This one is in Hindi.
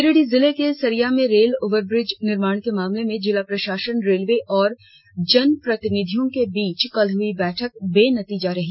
गिरिडीह जिले के सरिया में रेल ओवरब्रिज निर्माण के मामले में जिला प्रशासन रेलवे और जनप्रतिनिधियों के बीच कल हुई बैठक बेनतीजा रही